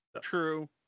true